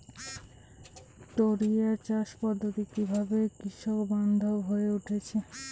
টোরিয়া চাষ পদ্ধতি কিভাবে কৃষকবান্ধব হয়ে উঠেছে?